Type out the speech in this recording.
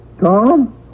Tom